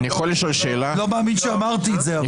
אני לא מאמין שאמרתי את זה.